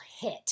hit